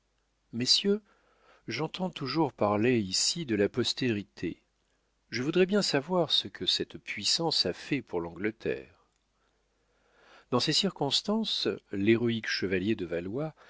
messieurs j'entends toujours parler ici de la postérité je voudrais bien savoir ce que cette puissance a fait pour l'angleterre dans ces circonstances l'héroïque chevalier de valois